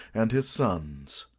and his sons.